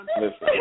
listen